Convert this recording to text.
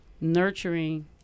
nurturing